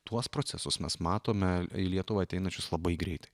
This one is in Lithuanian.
tuos procesus mes matome į lietuvą ateinančius labai greitai